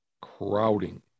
crowding